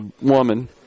woman